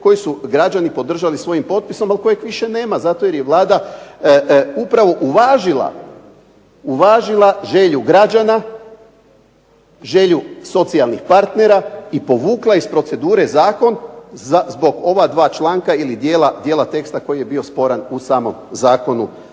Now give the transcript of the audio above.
koje su građani podržali svojim potpisom, ali kojeg više nema zato jer je Vlada upravo uvažila želju građana, želju socijalnih partnera i povukla iz procedure zakon zbog ova dva članka ili dijela teksta koji je bio sporan u samom Zakonu